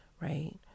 right